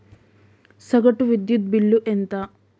సగటు విద్యుత్ బిల్లు ఎంత?